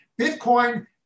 Bitcoin